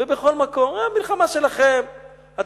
ובכל מקום: המלחמה שלכם,